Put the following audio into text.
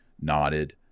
nodded